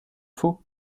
faux